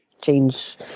change